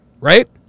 Right